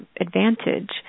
advantage